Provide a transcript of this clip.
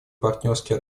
партнерские